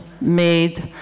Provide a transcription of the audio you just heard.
made